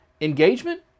Engagement